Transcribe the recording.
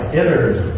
entered